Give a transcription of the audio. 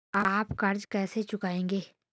आप कर्ज कैसे चुकाएंगे?